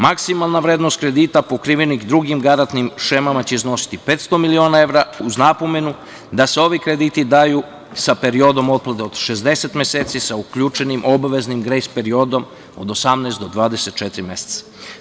Maksimalna vrednost kredita pokrivenih drugim garantnim šemama će iznositi 500 miliona evra uz napomenu da se ovi krediti daju sa periodom otplate od 60 meseci sa uključenim obaveznim grejs periodom od 18 do 24 meseca.